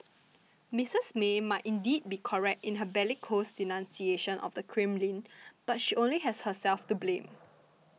Missus May might indeed be correct in her bellicose denunciation of the Kremlin but she only has herself to blame